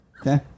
okay